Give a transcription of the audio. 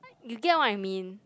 you get what I mean